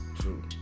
True